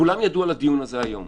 כולם ידעו על הדיון הזה היום,